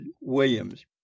Williams